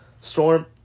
Storm